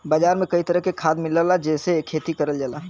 बाजार में कई तरह के खाद मिलला जेसे खेती करल जाला